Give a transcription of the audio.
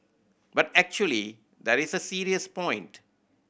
but actually there is a serious point